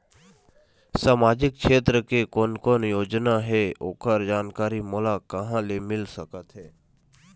सामाजिक क्षेत्र के कोन कोन योजना हे ओकर जानकारी मोला कहा ले मिल सका थे?